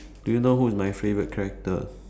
do you know who is my favourite character